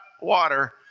water